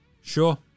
Sure